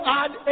add